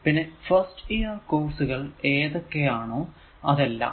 പിന്നെ first year കോഴ്സുകൾ ഏതൊക്കെ ആണോ അതെല്ലാം